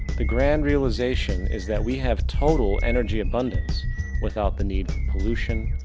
the grand realization is that we have total energy abundance without the need for pollution,